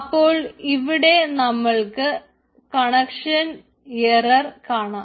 അപ്പോൾ ഇവിടെ നമ്മൾക്ക് കണക്ഷൻ എറർ കാണാം